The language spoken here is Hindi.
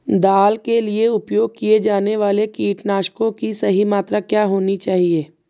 दाल के लिए उपयोग किए जाने वाले कीटनाशकों की सही मात्रा क्या होनी चाहिए?